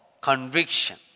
conviction